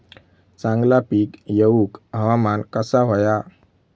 चांगला पीक येऊक हवामान कसा होया?